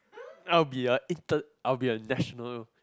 I'll be a inter I'll be a national